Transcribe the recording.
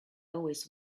always